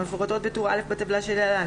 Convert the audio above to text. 35 המפורטות בטור א' בטבלה שלהלן,